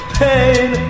pain